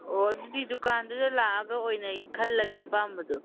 ꯑꯣ ꯑꯗꯨꯗꯤ ꯗꯨꯀꯥꯟꯗꯨꯗ ꯂꯥꯛꯑꯒ ꯑꯣꯏꯅ ꯈꯜꯂꯒꯦ ꯑꯄꯥꯝꯕꯗꯣ